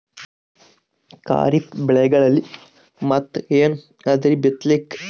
ಖರೀಫ್ ಬೆಳೆಗಳಲ್ಲಿ ಮತ್ ಏನ್ ಅದರೀ ಬಿತ್ತಲಿಕ್?